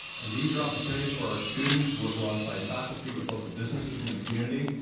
and these are opportunities for our students who work alongside faculty with local businesses in the community.